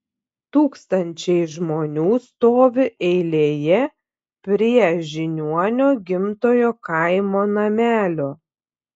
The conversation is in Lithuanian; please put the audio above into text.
tūkstančiai žmonių stovi eilėje prie žiniuonio gimtojo kaimo namelio